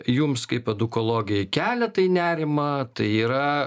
jums kaip edukologei kelia tai nerimą tai yra